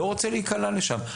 לא רוצה להיקלע לשם.